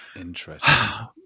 Interesting